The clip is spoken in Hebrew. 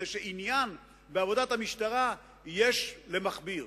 מפני שעניין בעבודת המשטרה יש למכביר,